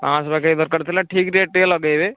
ପାଞ୍ଚଶହ ପାଖାପାଖି ଦରକାର ଥିଲା ଠିକ ରେଟ ଟିକେ ଲଗାଇବେ